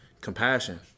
compassion